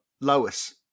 Lois